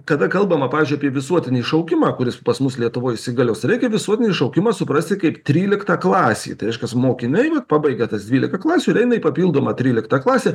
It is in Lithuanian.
kada kalbama pavyzdžiui apie visuotinį šaukimą kuris pas mus lietuvoj įsigalios reikia visuotinį šaukimą suprasti kaip trylikta klasė tai reiškias mokiniai vat pabaigia tas dvylika klasių ir eina į papildomą tryliktą klasę